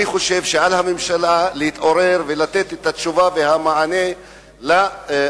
אני חושב שעל הממשלה להתעורר ולתת את התשובה והמענה לאנשים.